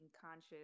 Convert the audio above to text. conscious